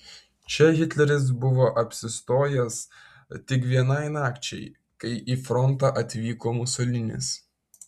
čia hitleris buvo apsistojęs tik vienai nakčiai kai į frontą atvyko musolinis